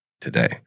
today